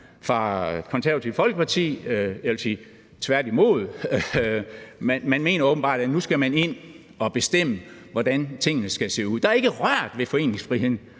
Det Konservative Folkepartis side, tværtimod, for man mener åbenbart, at man nu skal ind og bestemme, hvordan tingene skal se ud. Der er ikke rørt ved foreningsfriheden,